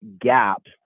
gap